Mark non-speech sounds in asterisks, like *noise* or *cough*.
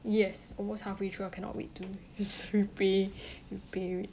yes almost halfway through I cannot wait to res~ repay *breath* repay rate